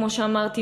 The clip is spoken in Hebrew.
כמו שאמרתי,